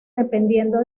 dependiendo